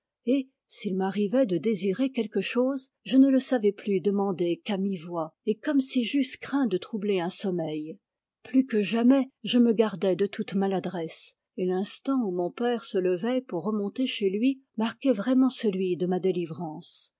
s'il m'arrivait de désirer quelque chose je ne le savais plus demander qu'à mi-voix et comme si j'eusse craint de troubler un sommeil plus que jamais je me gardais de toute maladresse et l'instant où mon père se levait pour remonter chez lui marquait vraiment celui de ma délivrance